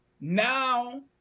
now